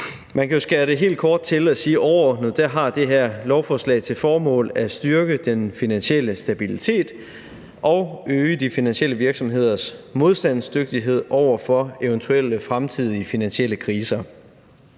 Man kan jo skære det helt kort til og sige, at overordnet har det her lovforslag til formål at styrke den finansielle stabilitet og øge de finansielle virksomheders modstandsdygtighed over for eventuelle fremtidige finansielle kriser.